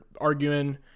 arguing